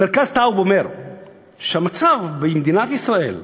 מרכז טאוב אומר שהמצב במדינת ישראל,